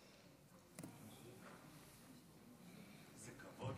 כבוד